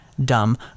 dumb